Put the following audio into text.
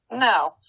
No